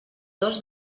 dos